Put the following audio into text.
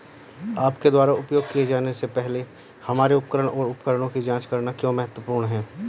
आपके द्वारा उपयोग किए जाने से पहले हमारे उपकरण और उपकरणों की जांच करना क्यों महत्वपूर्ण है?